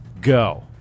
go